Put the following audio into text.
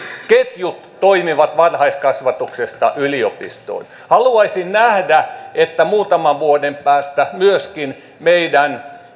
ketjut toimivat varhaiskasvatuksesta yliopistoon haluaisin nähdä että muutaman vuoden päästä myöskin meidän